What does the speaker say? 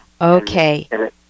okay